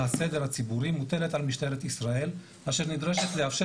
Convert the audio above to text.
הסדר הציבורי מוטלת על משטרת ישראל אשר נדרשת לאפשר